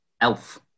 Elf